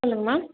சொல்லுங்க மேம்